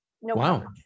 wow